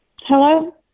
Hello